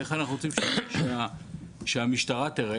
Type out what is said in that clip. איך אנחנו רוצים שהמשטרה תיראה,